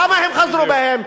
למה הם חזרו בהם?